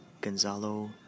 Gonzalo